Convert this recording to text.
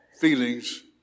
feelings